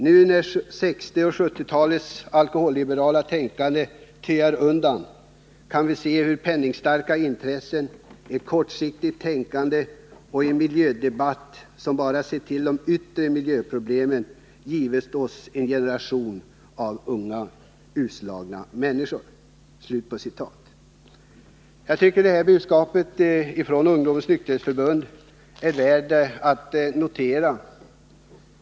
Nu när 60 och 70-talens liberala tänkande töar undan kan vi se hur penningstarka intressen, ett kortsiktigt tänkande och en miljödebatt som bara sett till de yttre miljöproblemen, givit oss en generation av unga utslagna människor.” Jag tycker att det här budskapet från Ungdomens nykterhetsförbund är värt att notera.